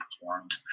performed